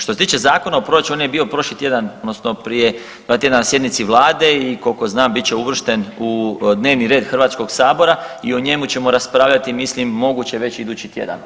Što se tiče zakona o proračunu, on je bio prošli tjedan, odnosno prije dva tjedna na sjednici Vlade i koliko znam bit će uvršten u dnevni red HS i o njemu ćemo raspravljati mislim moguće već idući tjedan.